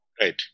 right